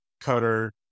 cutter